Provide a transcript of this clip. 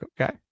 okay